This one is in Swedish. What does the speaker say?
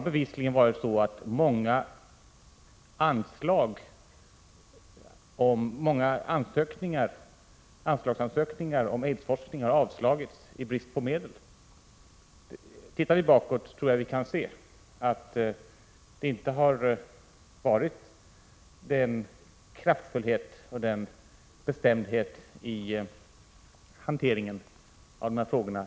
Bevisligen har många anslagsansökningar om aidsforskning avslagits i brist på medel. Om vi går bakåt i tiden tror jag att vi kan se att det inte har varit den önskvärda kraftfullheten och bestämdheten i hanteringen av dessa frågor.